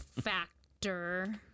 Factor